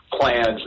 plans